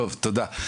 תודה.